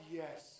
yes